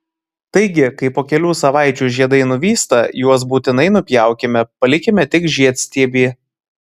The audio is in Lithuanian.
taigi kai po kelių savaičių žiedai nuvysta juos būtinai nupjaukime palikime tik žiedstiebį